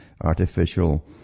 artificial